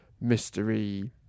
mystery